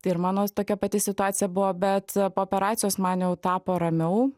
tai ir mano tokia pati situacija buvo bet po operacijos man jau tapo ramiau